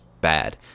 bad